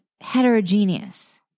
heterogeneous